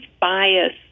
bias